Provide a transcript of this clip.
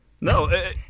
No